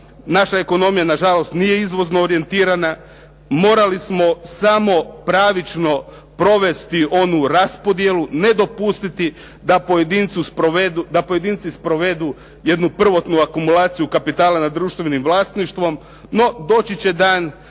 Naša ekonomija nažalost nije izvozno orijentirana. Morali smo samo pravično provesti onu raspodjelu, ne dopustiti da pojedinci sprovedu jednu prvotnu akumulaciju kapitala na društvenim vlasništvom, no doći će dan